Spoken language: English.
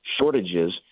shortages